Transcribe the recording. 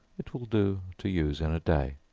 it will do to use in a day.